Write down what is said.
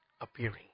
appearing